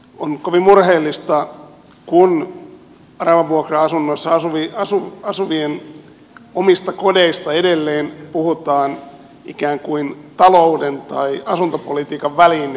on kovin murheellista kun aravavuokra asunnoissa asuvien omista kodeista edelleen puhutaan ikään kuin talouden tai asuntopolitiikan välineinä